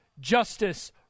justice